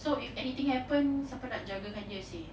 so if anything happens siapa nak jagakan dia seh